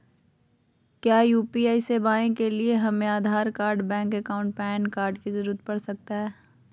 क्या यू.पी.आई सेवाएं के लिए हमें Aadhaar card bank account PAN card की जरूरत पड़ सकता है?